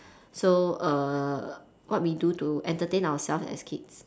so err what we do to entertain ourselves as kids